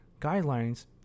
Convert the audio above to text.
guidelines